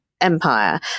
Empire